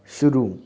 शुरू